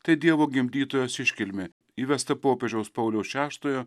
tai dievo gimdytojos iškilmė įvesta popiežiaus pauliaus šeštojo